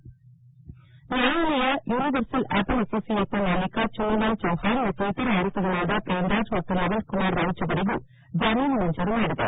ನ್ನಾಯಾಲಯ universal apparel ಅಸೋಡಿಯೇಟ್ನ ಮಾಲೀಕ ಚುನ್ನಿಲಾಲ್ ಚೌಹಾಣ್ ಮತ್ತು ಇತರ ಆರೋಪಿಗಳಾದ ಪ್ರೇಮ್ರಾಜ್ ಮತ್ತು ಲವಣ್ ಕುಮಾರ್ ರೌಚ್ ಅವರಿಗೂ ಜಾಮೀನು ಮಂಜೂರು ಮಾಡಿದೆ